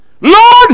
Lord